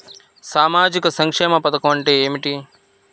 సామాజిక సంక్షేమ పథకం అంటే ఏమిటి?